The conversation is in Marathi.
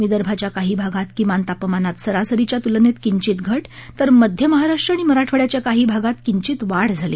विदर्भाच्या काही भागात किमान तापमानात सरासरीच्या तुलनेत किंचित घट तर मध्य महाराष्ट्र आणि मराठवाड्याच्या काही भागात किंचित वाढ झाली